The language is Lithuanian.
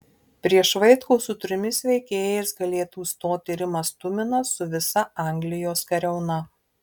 prieš vaitkų su trimis veikėjais galėtų stoti rimas tuminas su visa anglijos kariauna